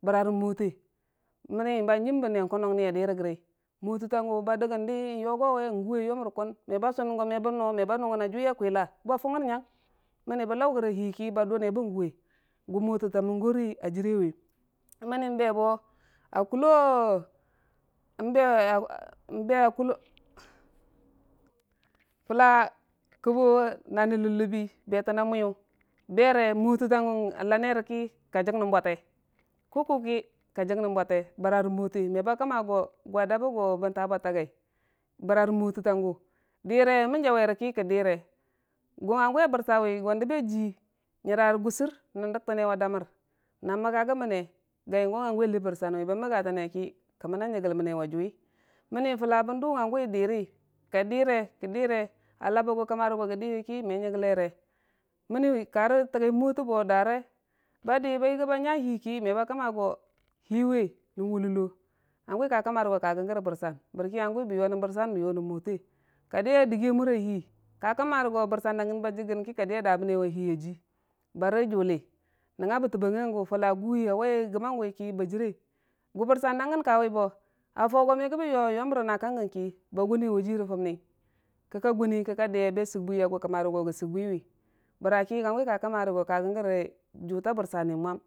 bəra rə mwote, məmni hangəm bə ne kunnang mi ya dirəgi mwotətagu ba dəggən n dii yogowe n'gue yom rə kun me ba sunən gome bəno, me ba nunggən a juwi a kwila ba funggən nyong mənni bən lau gəre a hiki, ba dunne bən guwe, gu mwotəta mugga a jirewi, mənm n'be bo a kullo n'be kullo, fulla kəbbo wu nani ləb- ləbbi betənna mwiyu, bere mwotətangu lanereki ka jəngən bwate ku- kuki ka jəngən bwate bəra nən mwote, me ba kəmma ago a dabbe bən ta bwate agai bərarə mwotətangu dire, mən jauwere ki, kə dire, agwa hangu a bɨrsawi go dəgɨəne wa damər na məgga gəməne, gai gu hangu acii bʊrsanwi, bən məgga gəm əne ki ka məna nyagelmən ajuwi, mənni Fulla bən du hongu diri, kə dire kə dire, a labe a yu kəm mare go gə diwiki me nyagelere, mənni karə tagi mwotəbo dare, ba di ba yigi ba nya hiiki me ba kəmma go hii we nən wulullo hangu ka kəmmarə go kagən nən bɨrban barki hangu bə yo nən bɨrsan bə yonən mwote ka yəgi a digi a mura hii, ka kəmmarə go bɨrsan da aən ba jigənki, ka yigi a damənewa hiiya ji, bari juli, nəngnga bəɨi banggigu fulla guwe a waiye gəmmi yangu ki ba jire, gu bɨrsan da gən kawibo bə Faugo megəbə yoyem nən nakan giyən ki ba guna guna ji rə funni, kəka gune ka sig bwi agwa kəmmare go kə sɨg bwiwi, bəra ki hangu ka kəmmarə go kagən nən jutang bɨrsani mwam.